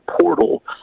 portal